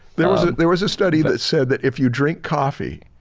there was there was a study that said that if you drink coffee,